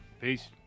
Peace